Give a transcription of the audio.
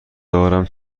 دارم